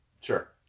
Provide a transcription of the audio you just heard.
Sure